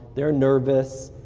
they're nervous,